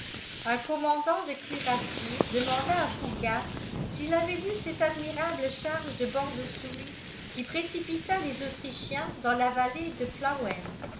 un commandant de cuirassiers demanda à fougas s'il avait vu cette admirable charge de bordesoulle qui précipita les autrichiens dans la vallée de plauen